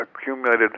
accumulated